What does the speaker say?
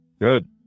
Good